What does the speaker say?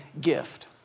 gift